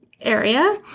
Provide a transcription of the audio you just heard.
area